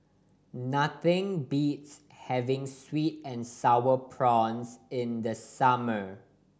nothing beats having sweet and Sour Prawns in the summer